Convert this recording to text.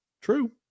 True